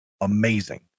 amazing